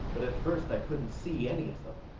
but at first i couldn't see any of them.